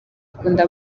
akunda